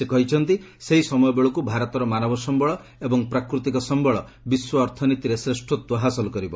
ସେ କହିଛନ୍ତି ସେହି ସମୟବେଳକ୍ ଭାରତର ମାନବ ସମ୍ଭଳ ଏବଂ ପ୍ରାକୃତିକ ସମ୍ଭଳ ବିଶ୍ୱ ଅର୍ଥନୀତିରେ ଶ୍ରେଷ୍ଠତ୍ୱ ହାସଲ କରିବ